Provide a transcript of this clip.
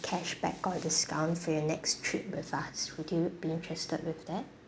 cashback or discount for your next trip with us would you be interested with that